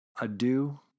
adieu